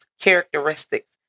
characteristics